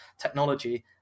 technology